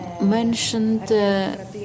mentioned